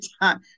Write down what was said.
time